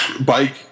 bike